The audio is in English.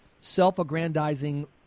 self-aggrandizing